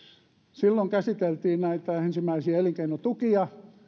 silloin käsiteltiin näitä ensimmäisiä elinkeinotukia